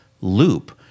loop